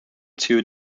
two